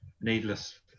needless